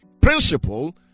principle